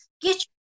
get